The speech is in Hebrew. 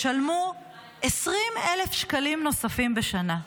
ישלמו 20,000 שקלים נוספים בשנה.